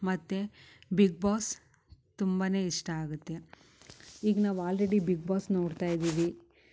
ಮತ್ತು Bigg Boss ತುಂಬಾನೆ ಇಷ್ಟ ಆಗುತ್ತೆ ಈಗ ನಾವು ಅಲ್ರೆಡಿ ಬಿಗ್ ಬಾಸ್ ನೋಡ್ತಯಿದ್ದೀವಿ